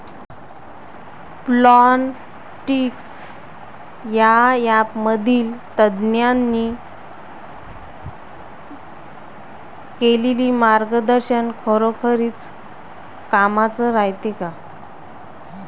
Plantix या ॲपमधील तज्ज्ञांनी केलेली मार्गदर्शन खरोखरीच कामाचं रायते का?